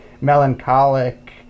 melancholic